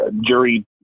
jury